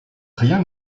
rien